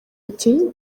ati